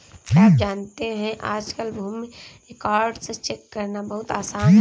क्या आप जानते है आज कल भूमि रिकार्ड्स चेक करना बहुत आसान है?